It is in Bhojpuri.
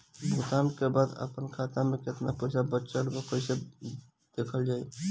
भुगतान के बाद आपन खाता में केतना पैसा बचल ब कइसे देखल जाइ?